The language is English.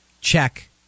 check